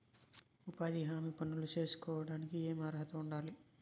ఉపాధి హామీ పనులు సేసుకోవడానికి ఏమి అర్హత ఉండాలి?